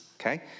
okay